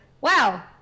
wow